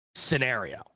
scenario